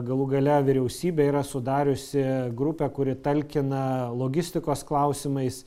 galų gale vyriausybė yra sudariusi grupę kuri talkina logistikos klausimais